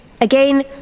Again